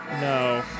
No